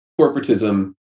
corporatism